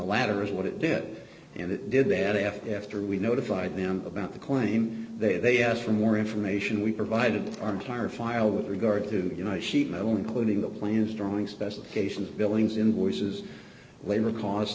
latter is what it did and it did that if after we notified them about the claim that they asked for more information we provided our entire file with regard to you know sheet metal including the plans drawing specifications billings invoices labor cost